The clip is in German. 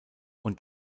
und